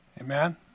Amen